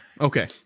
Okay